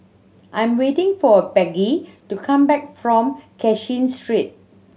I'm waiting for Becky to come back from Cashin Street